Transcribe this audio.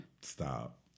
Stop